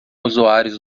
usuários